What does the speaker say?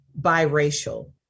biracial